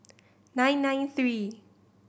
nine nine three